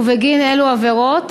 ובגין אילו עבירות?